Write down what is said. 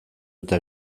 eta